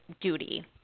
duty